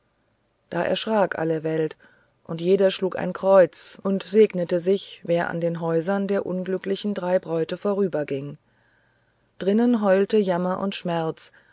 da erschrak alle welt und jeder schlug ein kreuz und segnete sich wer an den häusern der unglücklichen drei bräute vorüberging drinnen heulte jammer und schmerz